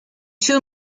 two